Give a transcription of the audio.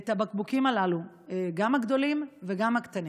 את הבקבוקים הללו, גם הגדולים וגם הקטנים.